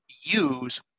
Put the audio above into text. use